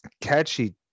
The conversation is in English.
catchy